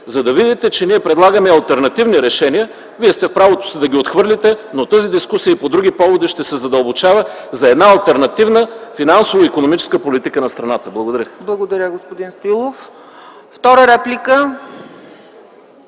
за да видите, че ние предлагаме алтернативни решения. Вие сте в правото си да ги отхвърлите, но тази дискусия и по други поводи ще се задълбочава – за една алтернативна финансово- икономическа политика на страната. Благодаря. ПРЕДСЕДАТЕЛ ЦЕЦКА ЦАЧЕВА: Благодаря, господин Стоилов.